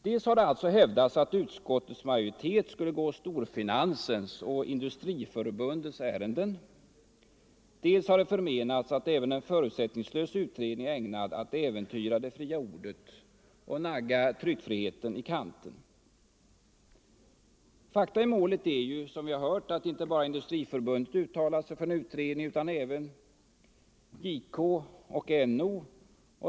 Dels har det hävdats att utskottsmajoriteten skulle gå storfinansens och Industriförbundets ärenden, dels har det förmenats att även en förutsättningslös utredning är ägnad att äventyra det fria ordet och nagga tryckfriheten i kanten. Fakta i målet är ju, som tidigare framhållits, att inte bara Industriförbundet uttalat sig för en utredning utan även JK och NO.